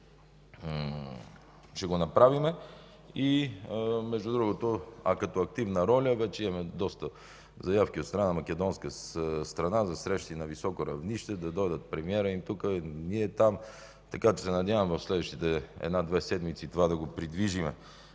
ще го направим. Между другото като активна роля вече имаме доста заявки от македонска страна за срещи на високо равнище – да дойде тук премиерът им, ние – там, така че се надявам в следващите една-две седмици това да го придвижим.